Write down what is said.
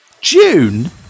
June